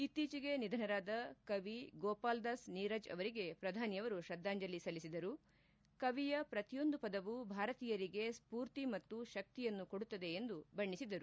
ಇತ್ತೀಚೆಗೆ ನಿಧನರಾದ ಕವಿ ಗೋಪಾಲ್ದಾಸ್ ನೀರಜ್ ಅವರಿಗೆ ಶ್ರಧಾನಿ ಅವರು ಶ್ರದ್ವಾಂಜಲಿ ಸಲ್ಲಿಸಿದರು ಕವಿಯ ಪ್ರತಿಯೊಂದು ಪದವು ಭಾರತೀಯರಿಗೆ ಸ್ಫೂರ್ತಿ ಮತ್ತು ಶಕ್ತಿಯನ್ನು ಕೊಡುತ್ತದೆ ಎಂದು ಬಣ್ಣಿಸಿದರು